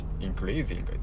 increasing